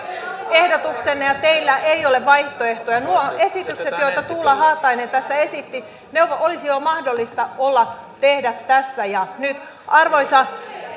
ehdotuksenne ja teillä ei ole vaihtoehtoja nuo esitykset joita tuula haatainen tässä esitti ne olisi jo mahdollista tehdä tässä ja nyt arvoisa